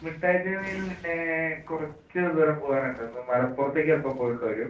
മിട്ടായി തെരുവിൽ നിന്ന് പിന്നെ കുറച്ച് ദൂരം പോകാനുണ്ട് ഒന്ന് മലപ്പുറത്തേക്കൊക്കെ പോകേണ്ടി വരും